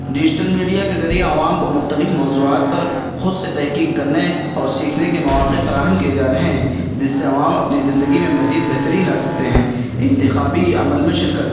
digital media کے ذریعے عوام کو مختلف موضوعات پر خود سے تحقیق کرنے اور سیکھنے کے مواقع فراہم کیے جا رہے ہیں جس سے عوام اپنی زندگی میں مزید بہتری لا سکتے ہیں انتخابی عمل میں شرکت